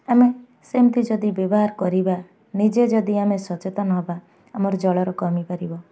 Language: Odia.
ଆମେ ସେମିତି ଯଦି ବ୍ୟବହାର କରିବା ନିଜେ ଯଦି ଆମେ ସଚେତନ ହବା ଆମର ଜଳର କମି ପାରିବ